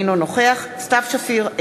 אינו נוכח סתיו שפיר,